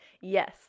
yes